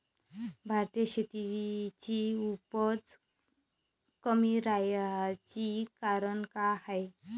भारतीय शेतीची उपज कमी राहाची कारन का हाय?